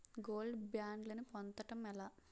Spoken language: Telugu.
గోల్డ్ బ్యాండ్లను పొందటం ఎలా?